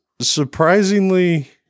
surprisingly